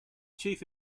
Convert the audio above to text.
chief